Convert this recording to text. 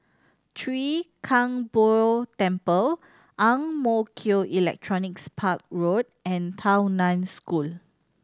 Chwee Kang Beo Temple Ang Mo Kio Electronics Park Road and Tao Nan School